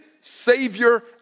Savior